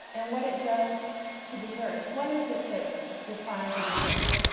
and what it does to desserts, what is it that defines a dessert?